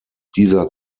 dieser